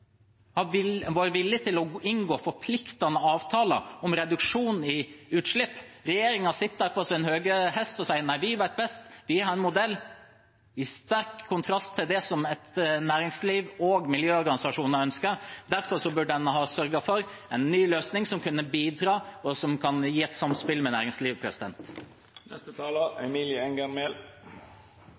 villig til å inngå forpliktende avtaler om reduksjon av utslipp. Regjeringen sitter her på sin høye hest og sier at nei, de vet best, de har en modell – i sterk kontrast til det som næringslivet og miljøorganisasjonene ønsker. Derfor burde de ha sørget for en ny løsning som kan bidra, og som kan gi et samspill med næringslivet.